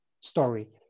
story